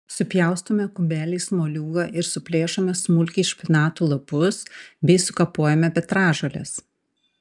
supjaustome kubeliais moliūgą ir suplėšome smulkiai špinatų lapus bei sukapojame petražoles